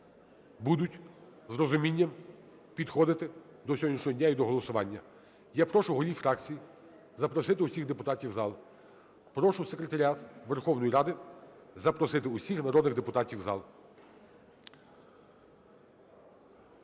будуть з розумінням підходити до сьогоднішнього дня і до голосування. Я прошу голів фракцій запросити усіх депутатів в зал. Прошу Секретаріат Верховної Ради запросити усіх народних депутатів в зал.